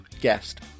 guest